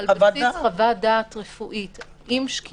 אני שואל אותך, כי לא התייחסתם